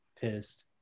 pissed